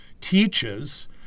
teaches